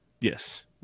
Yes